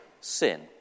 Sin